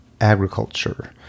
agriculture